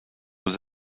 aux